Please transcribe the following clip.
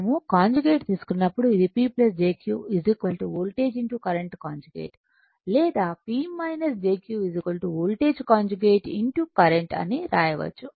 conjugate తీసుకున్నప్పుడు ఇది P jQ voltage current conjugate లేదా P jQ voltage conjugate current అని వ్రాయవచ్చు